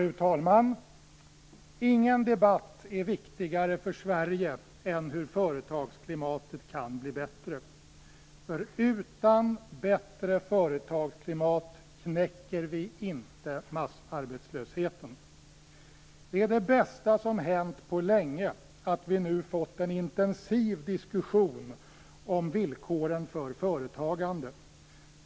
Fru talman! Ingen debatt är viktigare för Sverige än den om hur företagsklimatet kan bli bättre. Utan bättre företagsklimat knäcker vi inte massarbetslösheten. Det är det bästa som hänt på länge att vi nu har fått en intensiv diskussion om villkoren för företagande.